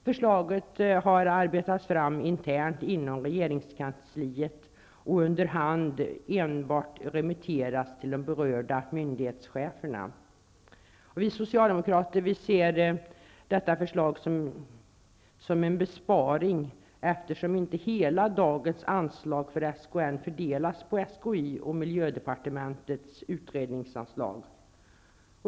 Förslaget har arbetats fram internt i regeringskansliet och har under hand enbart remitterats till berörda myndighetschefer. Vi socialdemokrater ser det här förslaget som en besparing, eftersom inte hela det i dag aktuella anslaget till SKN fördelas på SKI och miljödepartementets utredningsanslag.